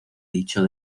dicho